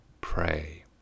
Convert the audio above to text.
Pray